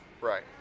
Right